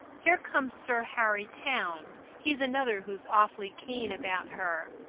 here comes sir harry towne. he's another who's awfully keen about her.